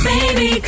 Baby